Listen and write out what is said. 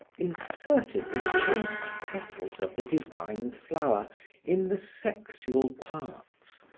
inserted the chaste petals of the divine flower in the sexual parts,